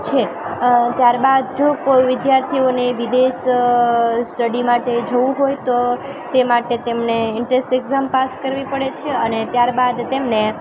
છે ત્યારબાદ જો કોઈ વિદ્યાર્થીઓને વિદેશ સ્ટડી માટે જવું હોય તો તે માટે તેમને એન્ટ્રન્સ એક્ઝામ પાસ કરવી પડે છે અને ત્યારબાદ તેમને